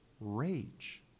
rage